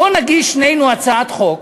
בוא נגיש שנינו הצעת חוק